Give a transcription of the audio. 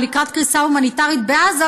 או לקראת קריסה הומניטרית בעזה,